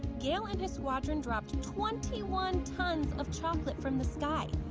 gail and his squadron dropped twenty one tons of chocolate from the sky,